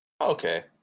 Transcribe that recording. Okay